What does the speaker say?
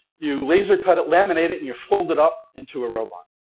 you laser cut it, laminate it, and you fold it up into a robot.